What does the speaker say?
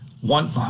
one